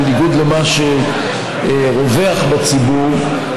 בניגוד למה שרווח בציבור,